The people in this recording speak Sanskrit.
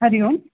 हरिः ओं